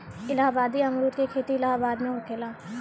इलाहाबादी अमरुद के खेती इलाहाबाद में होखेला